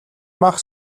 мах